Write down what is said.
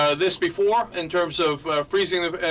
ah this before in terms of ah. presented ah.